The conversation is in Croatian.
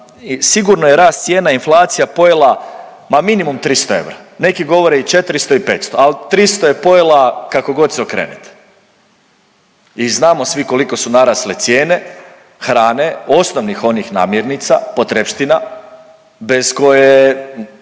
sigurno je rast cijena inflacija pojela ma minimum 300 eura, neki govore i 400 i 500, ali 300 je pojela kakogod se okrenete i znamo svi koliko su narasle cijene hrane, osnovnih onih namirnica potrepština bez koje